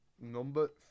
Number